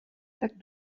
tak